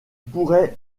pourrait